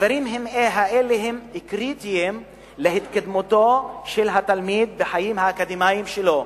הדברים האלה הם קריטיים להתקדמותו של התלמיד בחיים האקדמיים שלו.